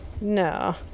No